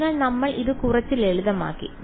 അതിനാൽ നമ്മൾ ഇത് കുറച്ച് ലളിതമാക്കി